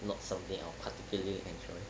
not something I particularly enjoy